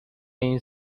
این